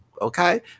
okay